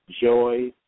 Joy